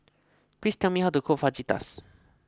please tell me how to cook Fajitas